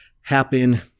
happen